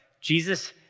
Jesus